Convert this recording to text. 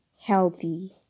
healthy